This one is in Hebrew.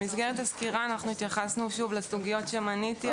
במסגרת הסקירה התייחסנו לסוגיות שמניתי,